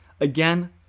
again